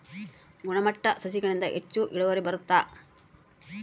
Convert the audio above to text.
ಗುಣಮಟ್ಟ ಸಸಿಗಳಿಂದ ಹೆಚ್ಚು ಇಳುವರಿ ಬರುತ್ತಾ?